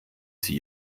sie